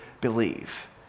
believe